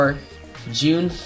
June